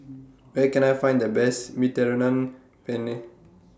Where Can I Find The Best Mediterranean Penne